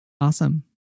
Awesome